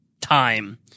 time